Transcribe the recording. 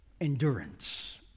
Endurance